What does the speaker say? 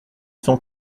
cent